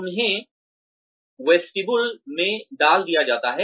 उन्हें वेस्टिबुल में डाल दिया जाता है